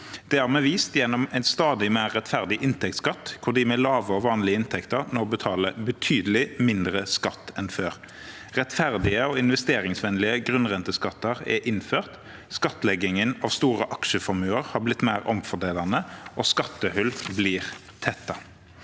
har vi vist gjennom en stadig mer rettferdig inntektsskatt, der de med lave og vanlige inntekter nå betaler betydelig mindre skatt enn før. Rettferdige og investeringsvennlige grunnrenteskatter er innført, skattleggingen av store aksjeformuer har blitt mer omfordelende, og skattehull blir tettet.